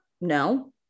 No